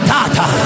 Tata